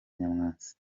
nyamwasa